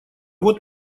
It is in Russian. вот